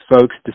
folks